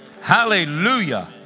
Hallelujah